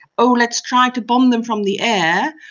oh, let's try to bomb them from the air',